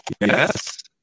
Yes